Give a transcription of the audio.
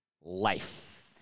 life